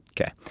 Okay